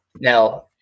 now